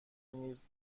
نیز